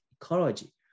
ecology